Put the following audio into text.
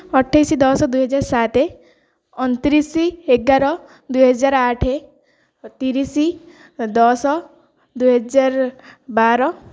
ଅଠେଇଶ ଦଶ ଦୁଇ ହଜାର ସାତ ଅଣତିରିଶ ଏଗାର ଦୁଇ ହଜାର ଆଠ ତିରିଶ ଦଶ ଦୁଇ ହଜାର ବାର